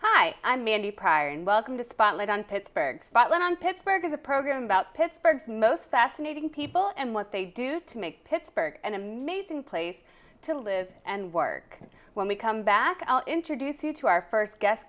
hi i'm mandy pryor and welcome to spotlight on pittsburgh spotlight on pittsburgh is a program about pittsburgh most fascinating people and what they do to make pittsburgh an amazing place to live and work when we come back i'll introduce you to our first gues